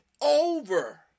over